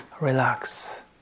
relax